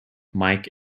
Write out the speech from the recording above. mike